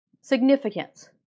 significance